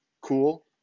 cool